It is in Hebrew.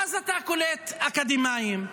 ואז אתה קולט אקדמאים,